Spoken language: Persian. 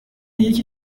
یکی